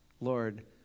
Lord